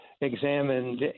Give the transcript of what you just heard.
examined